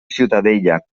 ciutadella